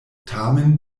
tamen